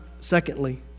secondly